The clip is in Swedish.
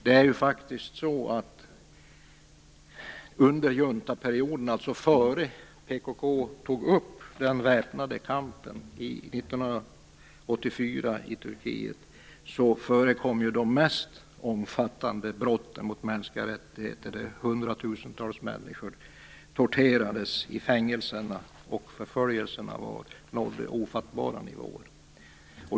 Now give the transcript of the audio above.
Men det var faktiskt under juntaperioden, dvs. innan PKK tog upp den väpnade kampen i Turkiet 1984, som de mest omfattande brotten mot mänskliga rättigheter förekom. 100 000 tals människor torterades i fängelserna och förföljelserna nådde ofattbara nivåer.